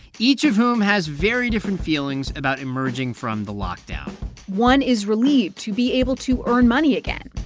each of whom has very different feelings about emerging from the lockdown one is relieved to be able to earn money again.